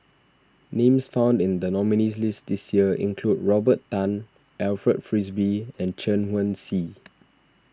names found in the nominees' list this year include Robert Tan Alfred Frisby and Chen Wen Hsi